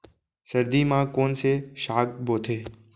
सर्दी मा कोन से साग बोथे?